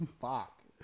Fuck